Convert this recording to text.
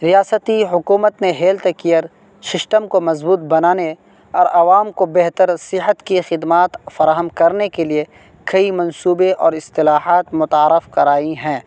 ریاستی حکومت نے ہیلتھ کیئر سسٹم کو مضبوط بنانے اور عوام کو بہتر صحت کی خدمات فراہم کرنے کے لیے کئی منصوبے اور اصطلاحات متعارف کرائی ہیں